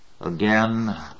again